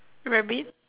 rabbit